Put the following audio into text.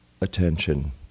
attention